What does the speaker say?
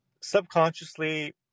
subconsciously